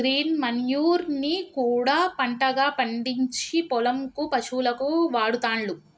green manure ని కూడా పంటగా పండిచ్చి పొలం కు పశువులకు వాడుతాండ్లు